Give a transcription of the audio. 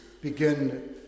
begin